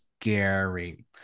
scary